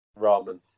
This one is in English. Ramen